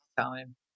time